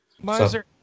Miser